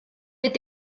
mit